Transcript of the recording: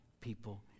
people